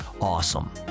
awesome